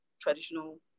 traditional